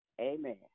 Amen